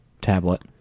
tablet